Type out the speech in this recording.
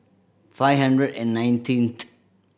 five hundred and nineteenth